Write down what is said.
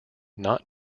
not